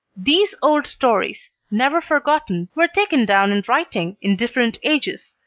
these old stories, never forgotten, were taken down in writing in different ages,